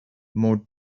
more